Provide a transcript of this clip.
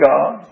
God